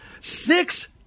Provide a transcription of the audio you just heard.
Six